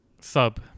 Sub